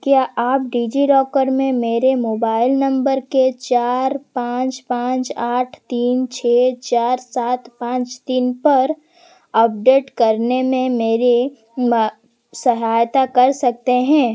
क्या आप डिजिराकर में मेरे मोबाइल नंबर के चार पाँच पाँच आठ तीन छः चार सात पाँच तीन पर अपडेट करने में मेरी सहायता कर सकते हैं